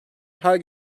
her